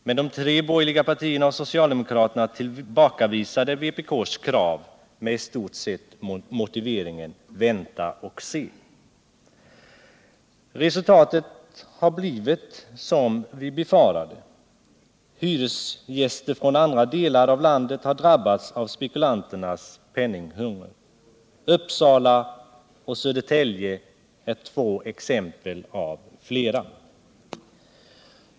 Men de tre borgerliga partierna och socialdemokraterna tillbakavisade vpk:s krav, i stort sett med motiveringen: Vänta och se! Resultatet har blivit det som vi befarade. Hyresgäster från andra delar av landet har nu drabbats av spekulanternas penninghunger. Uppsala och Södertälje är två exempel av flera.